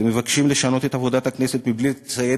אתם מבקשים לשנות את עבודת הכנסת בלי לצייד